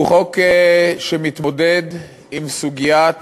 הוא חוק שמתמודד עם סוגיית